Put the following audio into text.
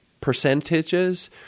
percentages